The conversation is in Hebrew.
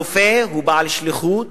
הרופא הוא בעל שליחות